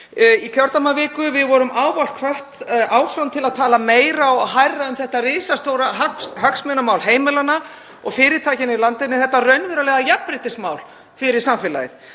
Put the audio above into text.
í kjördæmaviku, við vorum ávallt hvött áfram til að tala meira og hærra um þetta risastóra hagsmunamál heimilanna og fyrirtækjanna í landinu, þetta raunverulega jafnréttismál fyrir samfélagið.